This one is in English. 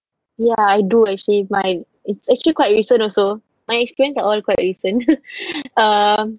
ya I do actually my it's actually quite recent also my experience are all quite recent um